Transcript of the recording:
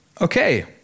okay